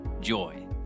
joy